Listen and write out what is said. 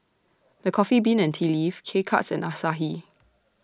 The Coffee Bean and Tea Leaf K Cuts and Asahi